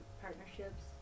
partnerships